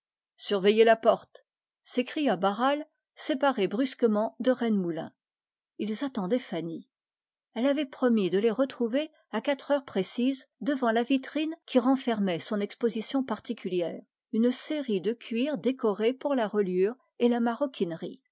surveillez la porte s'écria barral séparé brusquement de rennemoulin ils attendaient fanny elle avait promis de les retrouver à quatre heures précises devant la vitrine qui renfermait son exposition particulière une série de cuirs décorés pour la reliure de la maroquinerie